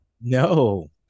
No